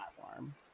platform